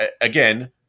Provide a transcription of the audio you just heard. again